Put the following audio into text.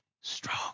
strong